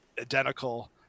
identical